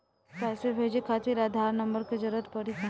पैसे भेजे खातिर आधार नंबर के जरूरत पड़ी का?